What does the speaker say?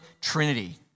trinity